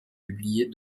publiée